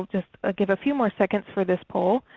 just ah give a few more seconds for this poll.